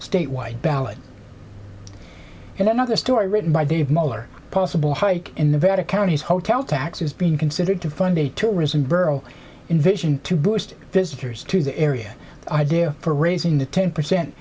statewide ballot and another story written by dave muller possible hike in the vatican on his hotel taxes being considered to fund a tourism borough invision to boost visitors to the area idea for raising the ten percent